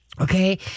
Okay